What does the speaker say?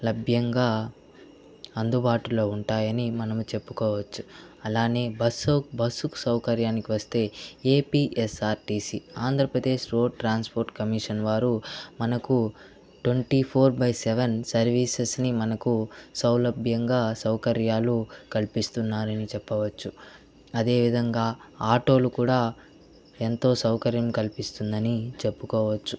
లభ్యంగా అందుబాటులో ఉంటాయని మనం చెప్పుకోవచ్చు అలానే బస్సు బస్సుకు సౌకర్యానికి వస్తే APSRTC Andhra Pradesh road transport commission వారు మనకు ట్వంటీ ఫోర్ బై సెవెన్ సర్వీసెస్ని మనకు సౌలభ్యంగా సౌకర్యాలు కల్పిస్తున్నారని చెప్పవచ్చు అదేవిధంగా ఆటోలు కూడా ఎంతో సౌకర్యం కల్పిస్తుందని చెప్పుకోవచ్చు